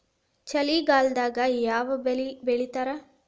ಚಳಿಗಾಲದಾಗ್ ಯಾವ್ ಬೆಳಿ ಬೆಳಿತಾರ?